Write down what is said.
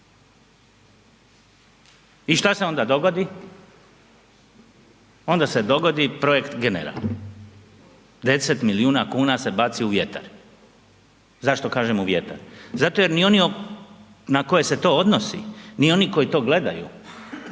i šta se onda dogodi, onda se dogodi projekt General, 10 milijuna kuna se baci u vjetar. Zašto kažem u vjetar? Zato jer ni oni na koje se to odnosi, ni oni koji to gledaju,